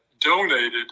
donated